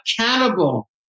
accountable